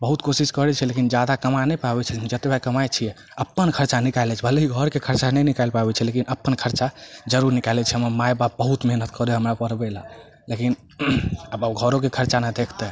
बहुत कोशिश करै छथिन जादा कमाए नहि पाबै छी जतबे कमाइ छियै अपन खर्चा निकालि लै छियै भले ही घरके खर्चा नहि निकालि पाबै छी लेकिन अपन खर्चा जरूर निकालि लै छी हमर माय बाप बहुत मेहनत करै हइ हमरा पढ़बै ला लेकिन अब घरो के खर्चा नऽ देखतै